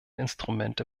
instrumente